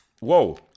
Whoa